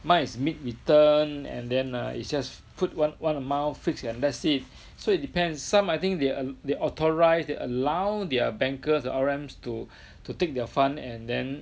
mine is mid return and then err it's just put one one amount fixed and that's it so it depends some I think they they authorise and allow their bankers or R_Ms to to take their fund and then